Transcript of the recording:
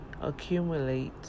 accumulate